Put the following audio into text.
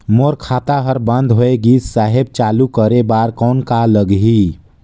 मोर खाता हर बंद होय गिस साहेब चालू करे बार कौन का लगही?